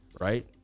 right